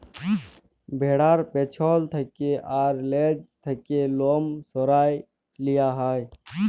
ভ্যাড়ার পেছল থ্যাকে আর লেজ থ্যাকে লম সরাঁয় লিয়া হ্যয়